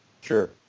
sure